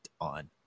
On